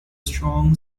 strong